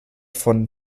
von